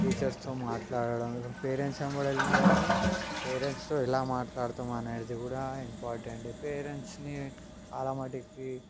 టీచర్స్తో మాట్లాడడం పేరెంట్స్ వెంబడి వెళ్ళినా కాని ఎలా పేరెంట్స్తో ఎలా మాట్లాడుతాం అనేది కూడా ఇంపార్టెంటే పేరెంట్స్ని చాలా మట్టుకి